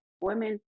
women